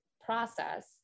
process